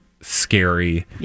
scary